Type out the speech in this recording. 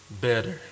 better